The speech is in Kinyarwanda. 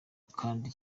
kandi